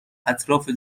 اطراف